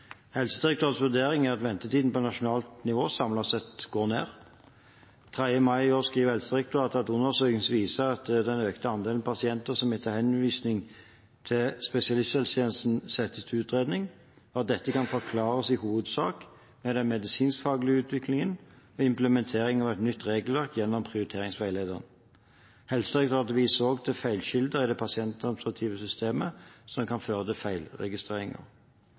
Helsedirektoratets vurdering er at ventetiden på nasjonalt nivå samlet sett går ned. Den 3. mai i år skrev Helsedirektoratet at undersøkelser viser at andelen pasienter som etter henvisning til spesialisthelsetjenesten settes til utredning, øker, og at dette i hovedsak kan forklares med den medisinskfaglige utviklingen og implementering av et nytt regelverk gjennom prioriteringsveilederen. Helsedirektoratet viser også til feilkilder i det pasientadministrative systemet, som kan føre til